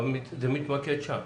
אבל זה מתמקד שם?